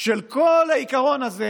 של כל העיקרון הזה,